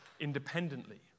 independently